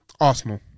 Arsenal